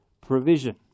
provision